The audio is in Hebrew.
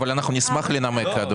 אבל אנחנו נשמח לנמק.